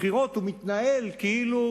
הבחירות הוא מתנהל כאילו